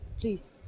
please